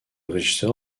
régisseur